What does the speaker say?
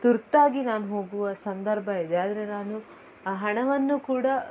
ತುರ್ತಾಗಿ ನಾನು ಹೋಗುವ ಸಂದರ್ಭ ಇದೆ ಆದರೆ ನಾನು ಆ ಹಣವನ್ನು ಕೂಡ